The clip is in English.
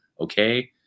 okay